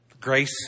grace